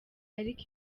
ariko